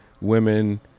women